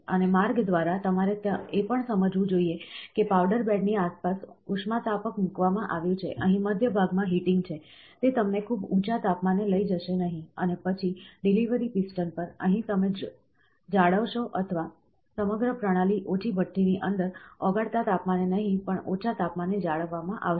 અને માર્ગ દ્વારા તમારે એ પણ સમજવું જોઈએ કે પાવડર બેડ ની આસપાસ ઉષ્માતાપક મૂકવામાં આવ્યું છે અહીં મધ્ય ભાગમાં હીટિંગ છે તે તમને ખૂબ ઊંચા તાપમાને લઈ જશે નહીં અને પછી ડિલિવરી પિસ્ટન પર અહીં પણ તમે જાળવશો અથવા સમગ્ર પ્રણાલી ઓછી ભઠ્ઠીની અંદર ઓગળતા તાપમાને નહીં પણ ઓછા તાપમાને જાળવવામાં આવશે